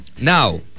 Now